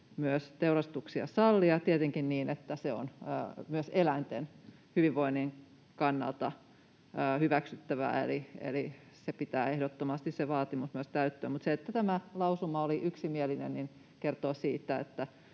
myös teurastuksia sallia, tietenkin niin, että se on myös eläinten hyvinvoinnin kannalta hyväksyttävää, eli sen vaatimuksen pitää ehdottomasti täyttyä. Mutta se, että tämä lausuma oli yksimielinen, kertoo siitä,